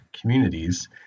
Communities